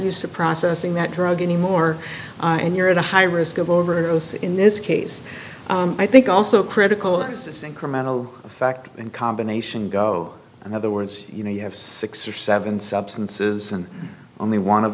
used to processing that drug anymore and you're at a high risk of overdose in this case i think also critical it's incremental effect in combination go in other words you know you have six or seven substances and only one of